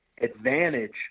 advantage